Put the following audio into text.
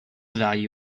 value